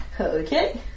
Okay